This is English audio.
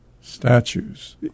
Statues